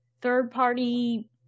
Third-party